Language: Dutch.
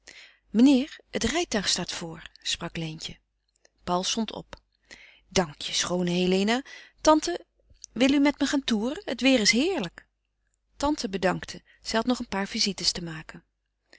meneer het rijtuig staat voor sprak leentje paul stond op dank je schoone helena tante wil u met me gaan toeren het weêr is heerlijk tante bedankte zij had nog een paar visites te maken